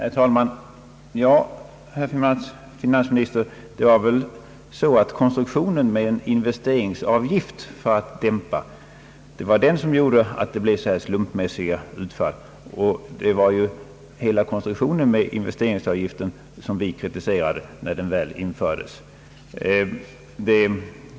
Herr talman! Ja, herr finansminister, det är väl så att konstruktionen med en investeringsavgift i dämpande syfte var det som gjorde att det blev så här slumpmässiga utfall. Det var hela konstruktionen med investeringsavgiften som vi kritiserade när den väl infördes.